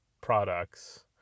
products